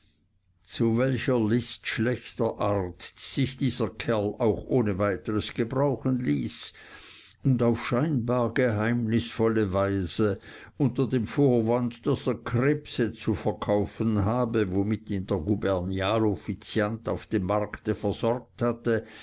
zu welcher list schlechter art sich dieser kerl auch ohne weiteres gebrauchen ließ und auf scheinbar geheimnisvolle weise unter dem vorwand daß er krebse zu verkaufen habe womit ihn der gubernial offiziant auf dem markte versorgt hatte